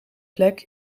plek